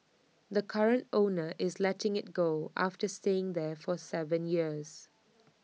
the current owner is letting IT go after staying there for Seven years